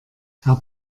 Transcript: herr